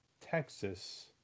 Texas